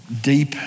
deep